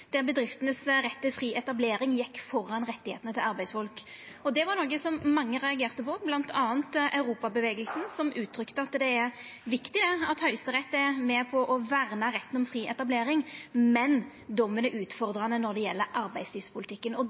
der bedriftene sin rett til fri etablering gjekk føre rettane til arbeidsfolk. Det var noko som mange reagerte på, bl.a. Europabevegelsen, som uttrykte at det er viktig at Høgsterett er med på å verna om retten til fri etablering, men at dommen er utfordrande når det gjeld